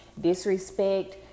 disrespect